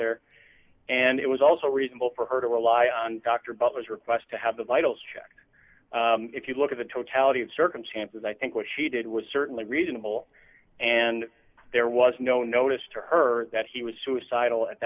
there and it was also reasonable for her to rely on dr butler's request to have the vitals checked if you look at the totality of circumstances i think what she did was certainly reasonable and there was no notice to her that he was suicidal at